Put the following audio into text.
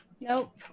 Nope